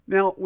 Now